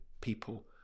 people